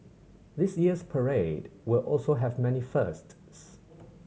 this year's parade will also have many firsts